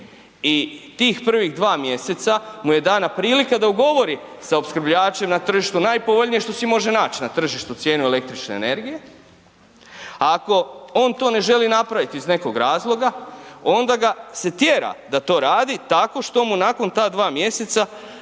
i tih prvih dva mjeseca mu je dana prilika da ugovori sa opskrbljivačem na tržištu najpovoljnije što si može nać na tržištu cijene električne energije a ako on to ne želi napraviti iz nekog razloga, onda ga se tjera da to radi tako što mu nakon ta 2 mj.